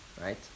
Right